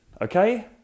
okay